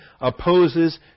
opposes